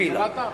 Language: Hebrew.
הפילה.